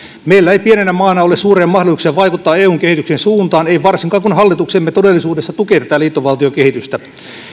meillä ei pienenä maana ole suuria mahdollisuuksia vaikuttaa eun kehityksen suuntaan ei varsinkaan kun hallituksemme todellisuudessa tukee tätä liittovaltiokehitystä